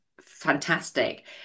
fantastic